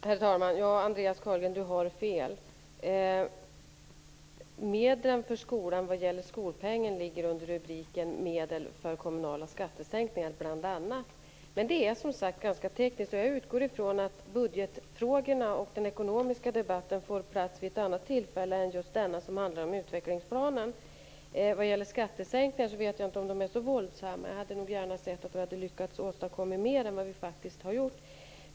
Herr talman! Andreas Carlgren har fel. Medel till skolpengen ligger bl.a. under rubriken Medel för kommunala skattesänkningar. Men det är, som sagt, ganska tekniskt. Jag utgår ifrån att budgetfrågorna och den ekonomiska debatten skall tas upp vid ett annat tillfälle. Den här debatten handlar ju om utvecklingsplanen. När det gäller våra skattesänkningar vet jag inte om de är så våldsamma. Jag hade gärna sett att vi hade lyckas åstadkomma mera än vad vi faktiskt har gjort.